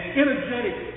energetic